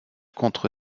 contre